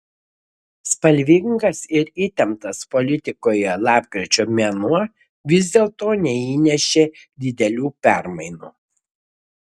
spalvingas ir įtemptas politikoje lapkričio mėnuo vis dėlto neįnešė didelių permainų